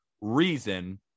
reason